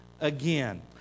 again